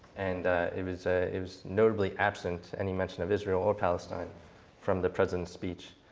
and it was ah it was notably absent any mention of israel or palestine from the president's speech.